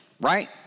right